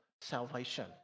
salvation